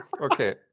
Okay